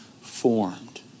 formed